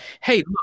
Hey